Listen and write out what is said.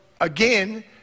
again